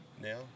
now